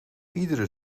iedere